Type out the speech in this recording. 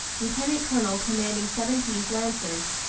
lieutenant-colonel commanding seventeenth lancers.